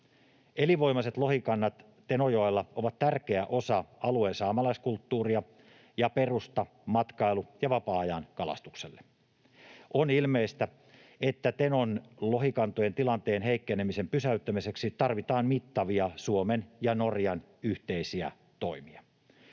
Elinvoimaiset lohikannat Tenojoella ovat tärkeä osa alueen saamelaiskulttuuria ja perusta matkailu‑ ja vapaa-ajankalastukselle. On ilmeistä, että Tenon lohikantojen tilanteen heikkenemisen pysäyttämiseksi tarvitaan mittavia Suomen ja Norjan yhteisiä toimia.